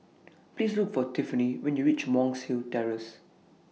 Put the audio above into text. Please Look For Tiffany when YOU REACH Monk's Hill Terrace